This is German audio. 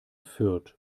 fürth